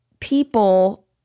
people